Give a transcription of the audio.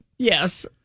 Yes